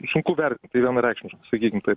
sunku vertinti vienareikšmiai sakykim taip